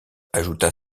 ajouta